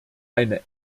eine